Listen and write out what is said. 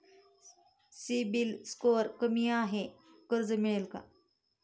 CIBIL score कमी आहे कर्ज मिळेल का?